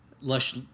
lush